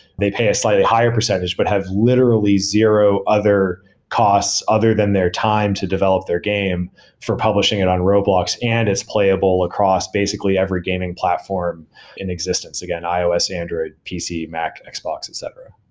they pay a slightly higher percentage but have literally zero other costs other than their time to develop their game for publishing it on roblox and it's playable across basically every gaming platform in existence. again, ios, android, pc, mac, xbox, etc.